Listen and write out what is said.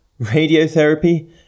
radiotherapy